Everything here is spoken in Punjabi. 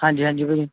ਹਾਂਜੀ ਹਾਂਜੀ ਭਾਅ ਜੀ